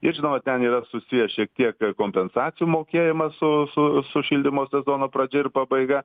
ir žinoma ten yra susijęs šiek tiek kompensacijų mokėjimas su su su šildymo sezono pradžia ir pabaiga